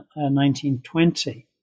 1920